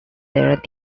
their